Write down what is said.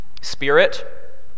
spirit